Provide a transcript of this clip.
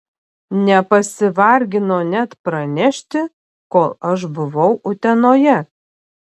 nepasivargino net pranešti kol aš buvau utenoje